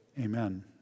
amen